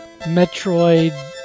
Metroid